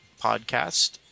podcast